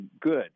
good